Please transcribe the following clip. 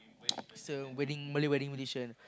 is the wedding Malaya wedding invitation